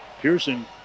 Pearson